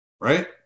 right